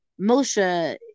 Moshe